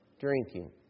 drinking